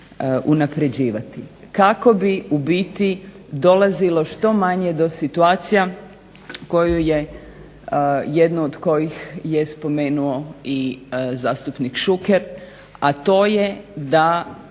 kako bi dolazilo što manje do situacija jedne koju je spomenuo i zastupnik Šuker a to je da